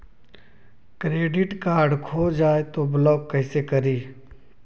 Credit card खो जाए तो ब्लॉक कैसे करी?